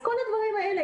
כל הדברים האלה,